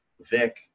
Vic